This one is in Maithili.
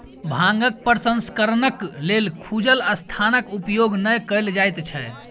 भांगक प्रसंस्करणक लेल खुजल स्थानक उपयोग नै कयल जाइत छै